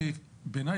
בעיניי,